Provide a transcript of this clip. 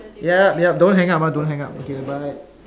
yup yup don't hang up ah don't hang up okay bye